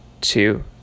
two